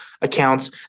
accounts